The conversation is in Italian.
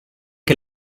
che